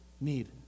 need